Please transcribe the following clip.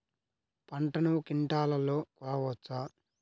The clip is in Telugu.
పంటను క్వింటాల్లలో కొలవచ్చా?